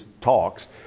talks